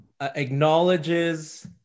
acknowledges